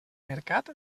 mercat